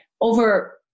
over